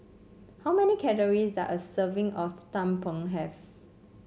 how many calories does a serving of tumpeng have